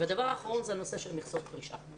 הדבר האחרון הוא הנושא של מכסות פרישה.